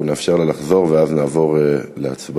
אנחנו נאפשר לה לחזור ואז נעבור להצבעה.